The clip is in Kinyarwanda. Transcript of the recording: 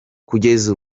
kugeza